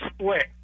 split